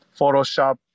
Photoshop